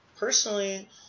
Personally